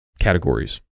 categories